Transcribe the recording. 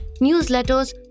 newsletters